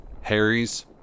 Harry's